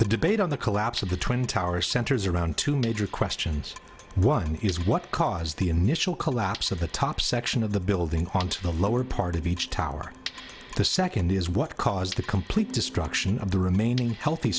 the debate on the collapse of the twin towers centers around two major questions one is what caused the initial collapse of the top section of the building on the lower part of each tower the second is what caused the complete destruction of the remaining healthy